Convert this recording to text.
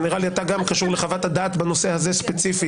ונראה לי שאתה גם קשור לחוות הדעת בנושא הזה ספציפית,